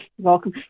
welcome